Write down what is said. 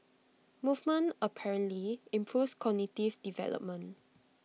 movement apparently improves cognitive development